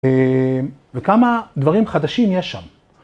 וכמה דברים חדשים יש שם.